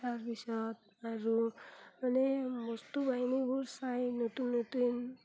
তাৰ পিছত আৰু মানে বস্তু বাহিনীবোৰ চাই নতুন নতুন